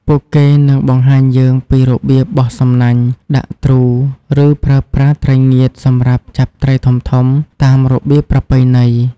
ពួកគេនឹងបង្ហាញយើងពីរបៀបបោះសំណាញ់ ដាក់ទ្រូ ឬប្រើប្រាស់ត្រីងៀតសម្រាប់ចាប់ត្រីធំៗតាមរបៀបប្រពៃណី។